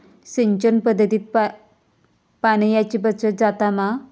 सिंचन पध्दतीत पाणयाची बचत जाता मा?